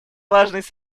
важность